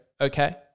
okay